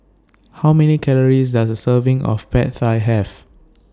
How Many Calories Does A Serving of Pad Thai Have